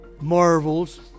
marvels